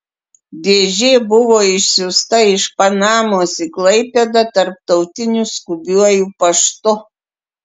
dėžė buvo išsiųsta iš panamos į klaipėdą tarptautiniu skubiuoju paštu